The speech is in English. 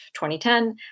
2010